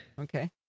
okay